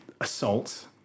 assault